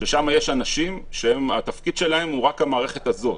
ששם יש אנשים שהתפקיד שלהם הוא רק המערכת הזאת.